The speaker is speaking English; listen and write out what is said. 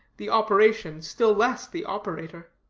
the operation, still less the operator.